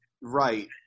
right